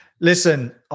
Listen